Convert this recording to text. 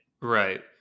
Right